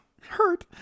Hurt